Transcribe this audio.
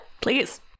please